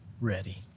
ready